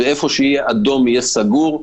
והיכן שיהיה אדום יהיה סגור,